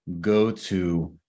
go-to